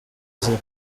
ziri